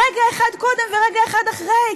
רגע אחד קודם ורגע אחד אחרי,